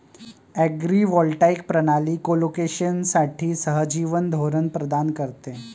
agrivoltaic प्रणाली कोलोकेशनसाठी सहजीवन धोरण प्रदान करते